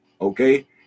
okay